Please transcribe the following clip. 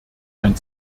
ein